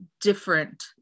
different